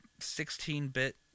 16-bit